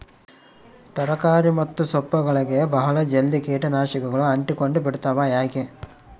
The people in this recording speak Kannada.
ತರಕಾರಿ ಮತ್ತು ಸೊಪ್ಪುಗಳಗೆ ಬಹಳ ಜಲ್ದಿ ಕೇಟ ನಾಶಕಗಳು ಅಂಟಿಕೊಂಡ ಬಿಡ್ತವಾ ಯಾಕೆ?